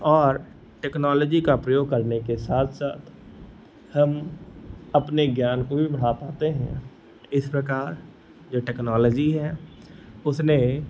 और टेक्नोलॉजी का प्रयोग करने के साथ साथ हम अपने ज्ञान को भी बढ़ा पाते हैं इस प्रकार जो टेक्नोलॉजी है उसने